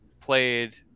played